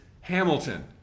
Hamilton